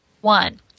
One